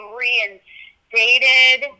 reinstated